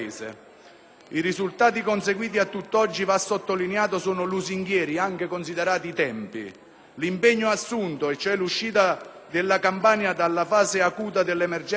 I risultati conseguiti a tutt'oggi, va sottolineato, sono lusinghieri, anche considerati i tempi. L'impegno assunto, cioè l'uscita della Campania dalla fase acuta dell'emergenza,